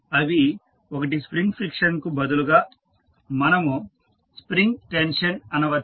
అవి ఒకటి spring friction బదులుగా మనము స్ప్రింగ్ టెన్షన్ అనవచ్చు